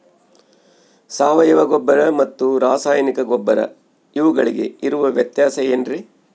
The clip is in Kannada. ಸಾವಯವ ಗೊಬ್ಬರ ಮತ್ತು ರಾಸಾಯನಿಕ ಗೊಬ್ಬರ ಇವುಗಳಿಗೆ ಇರುವ ವ್ಯತ್ಯಾಸ ಏನ್ರಿ?